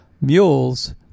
mules